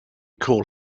call